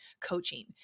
coaching